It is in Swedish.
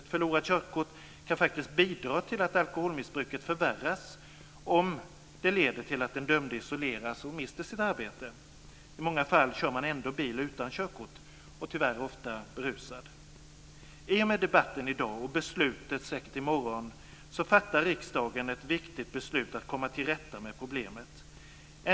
Ett förlorat körkort kan faktiskt bidra till att ett alkoholmissbruk förvärras om det leder till att den dömde isoleras och mister sitt arbete. I många fall kör man ändå bil utan körkort, tyvärr ofta berusad. I och med debatten i dag och beslutet i morgon fattar riksdagen ett viktigt beslut för att komma till rätta med problemet.